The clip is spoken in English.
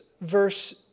verse